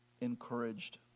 encouraged